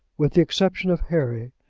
with the exception of harry,